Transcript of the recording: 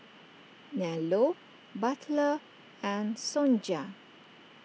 Nello Butler and Sonja